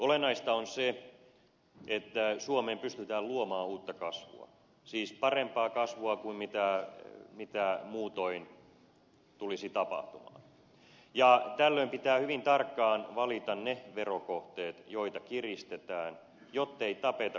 olennaista on se että suomeen pystytään luomaan uutta kasvua siis parempaa kasvua kuin mitä muutoin tulisi tapahtumaan ja tällöin pitää hyvin tarkkaan valita ne verokohteet joita kiristetään jottei tapeta kasvua turhaan